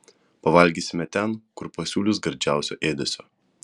pavalgysime ten kur pasiūlys gardžiausio ėdesio